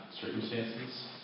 circumstances